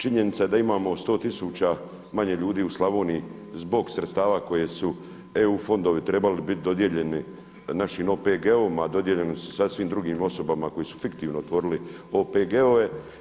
Činjenica je da imamo 100 tisuća manje ljudi u Slavoniji zbog sredstava koje su EU fondovi trebali biti dodijeljeni našim OPG-ovima, a dodijeljeni su sasvim drugim osobama koje su fiktivno otvorile OPG-ove.